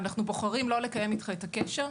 אנחנו בוחרים לא לקיים איתך את הקשר,